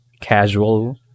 casual